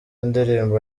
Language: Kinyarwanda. indirimbo